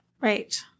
Right